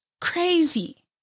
crazy